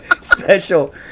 Special